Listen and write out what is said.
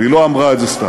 והיא לא אמרה את זה סתם.